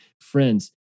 Friends